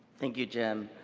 thank you, jim.